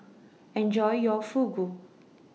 Enjoy your Fugu